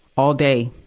all day.